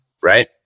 right